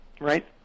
Right